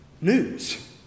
news